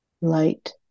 light